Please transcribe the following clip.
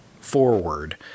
forward